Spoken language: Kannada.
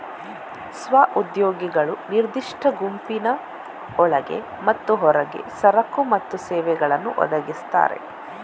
ಸ್ವ ಉದ್ಯೋಗಿಗಳು ನಿರ್ದಿಷ್ಟ ಗುಂಪಿನ ಒಳಗೆ ಮತ್ತು ಹೊರಗೆ ಸರಕು ಮತ್ತು ಸೇವೆಗಳನ್ನು ಒದಗಿಸ್ತಾರೆ